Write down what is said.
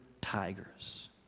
tigers